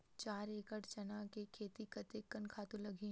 चार एकड़ चना के खेती कतेकन खातु लगही?